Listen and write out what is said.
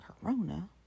corona